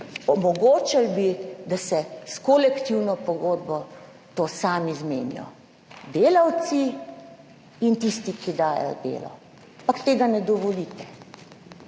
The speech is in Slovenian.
omogočili bi, da se s kolektivno pogodbo to sami zmenijo, delavci in tisti, ki dajejo delo. Ampak tega ne dovolite